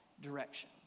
direction